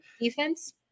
Defense